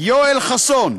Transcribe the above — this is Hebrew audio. יואל חסון,